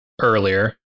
earlier